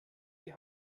die